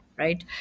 right